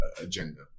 agenda